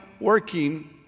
working